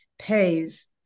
pays